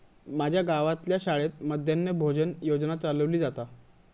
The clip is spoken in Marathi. माज्या गावातल्या शाळेत मध्यान्न भोजन योजना चलवली जाता